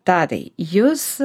tadai jūs